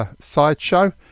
Sideshow